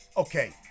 Okay